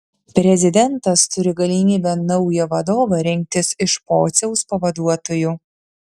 prezidentas turi galimybę naują vadovą rinktis iš pociaus pavaduotojų